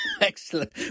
Excellent